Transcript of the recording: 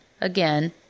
again